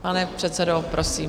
Pane předsedo, prosím.